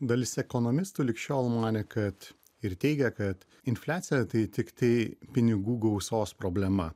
dalis ekonomistų lig šiol manė kad ir teigia kad infliacija tai tiktai pinigų gausos problema